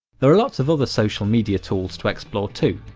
there are lots of other social media tools to explore too,